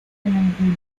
angulo